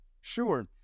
Sure